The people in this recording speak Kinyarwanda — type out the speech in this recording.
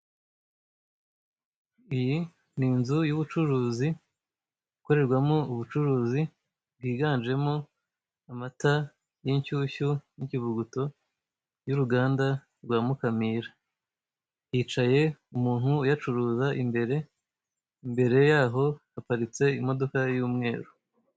Iyi ni inzu y'ubucuruzi ikorerwamo ubucuruzi, higanjemo amata y'inshyushyu n'ikivuguto y'uruganda rwa Mukamira, hicaye umuntu uyacuruza imbere. Imbere yaho haparitse imodoka y'umweru.